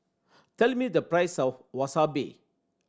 tell me the price of Wasabi